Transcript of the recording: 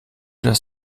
das